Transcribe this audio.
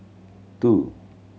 two